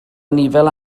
anifail